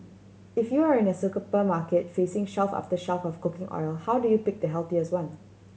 if you are in a market facing shelf after shelf of cooking oil how do you pick the healthiest one